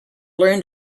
learned